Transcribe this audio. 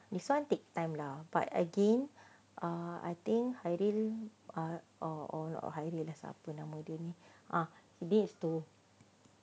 this one take time lah but again uh I think hairin uh or or hairin lah siapa lah uh maybe is to